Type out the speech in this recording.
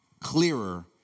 clearer